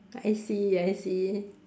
I see I see